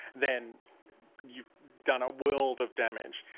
then you've done a world of damage,